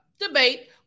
debate